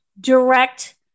direct